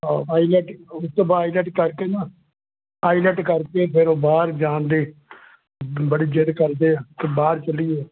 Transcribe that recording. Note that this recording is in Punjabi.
ਹਾਂ ਆਈਲੈਟ ਉਸ ਤੋਂ ਬਾਅਦ ਆਈਲੈਟ ਕਰਕੇ ਨਾ ਆਈਲੈਟ ਕਰਕੇ ਫਿਰ ਉਹ ਬਾਹਰ ਜਾਣ ਦੀ ਬੜੀ ਜਿੱਦ ਕਰਦੇ ਆ ਕਿ ਬਾਹਰ ਚਲੀਏ